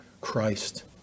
Christ